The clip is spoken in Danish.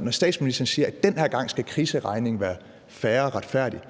Når statsministeren siger, at den her gang skal kriseregningen være fair og retfærdig,